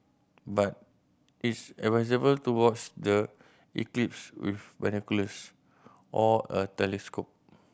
but it's advisable to watch the eclipse with binoculars or a telescope